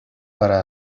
para